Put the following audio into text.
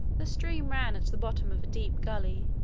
the stream ran at the bottom of a deep gully,